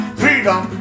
freedom